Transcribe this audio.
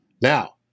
Now